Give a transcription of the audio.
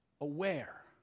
aware